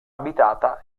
abitata